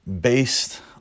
based